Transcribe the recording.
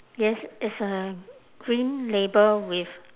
yes it's a green label with